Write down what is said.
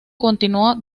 continuó